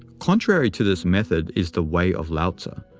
contrary to this method is the way of lao-tzu,